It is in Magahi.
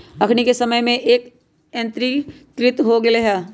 अखनि के समय में हे रेक यंत्रीकृत हो गेल हइ